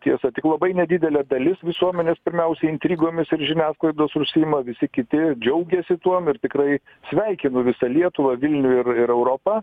tiesa tik labai nedidelė dalis visuomenės pirmiausia intrigomis ir žiniasklaidos užsiima visi kiti džiaugiasi tuom ir tikrai sveikinu visą lietuvą vilnių ir ir europą